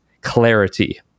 clarity